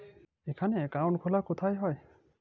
এখানে অ্যাকাউন্ট খোলা কোথায় হয়?